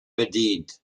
bedient